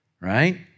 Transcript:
right